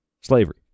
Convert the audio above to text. slavery